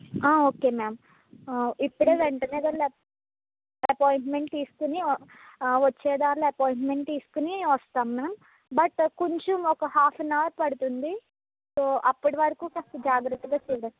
okay ma'am ఇప్పుడే వెంటనే కానీ ఆపాయింట్మెంట్ తీసుకుని వచ్చే దారిలో అపాయింట్మెంట్ తీసుకుని వస్తాం మ్యామ్ బట్ కొంచెం ఒక హాఫ్ ఆన్ అవర్ పడతుంది సో అప్పటి వరుకు కాస్త జాగ్రత్తగా చూడండి